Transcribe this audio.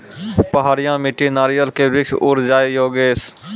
पहाड़िया मिट्टी नारियल के वृक्ष उड़ जाय योगेश?